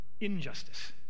injustice